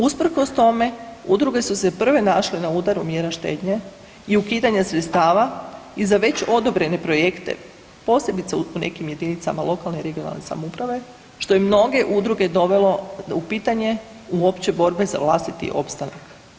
Usprkos tome udruge su se prve našle na udaru mjera štednje i ukidanja sredstva i za već odobrene projekte posebice u nekim jedinicama lokalne i regionalne samouprave što je mnoge udruge dovelo u pitanje uopće borbe za vlastiti opstanak.